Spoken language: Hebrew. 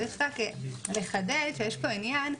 צריך רק לחדד שיש פה עניין,